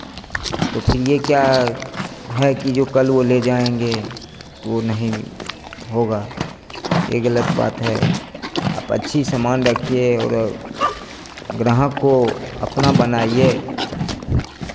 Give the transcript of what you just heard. तो फिर यह क्या है कि जो कल वह ले जाएँगे तो वो नहीं होगा ए गलत बात है आप अच्छी सामान रखिए और ग्राहक को अपना बनाइए